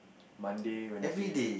Monday Wednesday